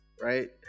Right